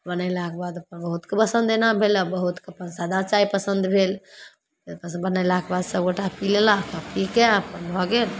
बनेलाके बाद अपन बहुतके पसन्द एना भेल आओर बहुतके पसन्द सादा चाइ पसन्द भेल ताहिपरसे बनेलाके बाद सभगोटा पी लेलक आओर सब पिके अपन भऽ गेल